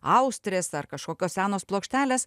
austrės ar kažkokios senos plokštelės